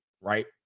right